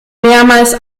mehrmals